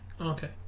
Okay